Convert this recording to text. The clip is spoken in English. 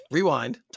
Rewind